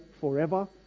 forever